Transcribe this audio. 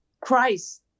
Christ